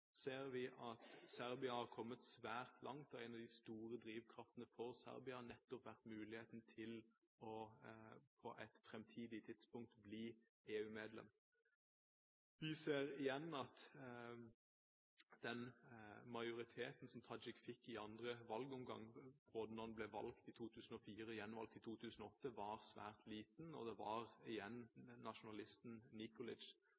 ser vi at Serbia har kommet svært langt, og en av de store drivkreftene for Serbia har nettopp vært muligheten til på et framtidig tidspunkt å bli EU-medlem. Vi ser igjen at den majoriteten som Tadic utgjorde i andre valgomgang, både da han ble valgt i 2004 og gjenvalgt i 2008, var svært liten, og det var igjen